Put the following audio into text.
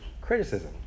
criticism